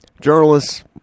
journalists